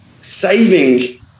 saving